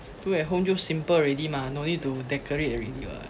do at home 就 simple already mah no need to decorate already [what]